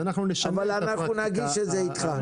אבל אנחנו נגיש את זה איתך.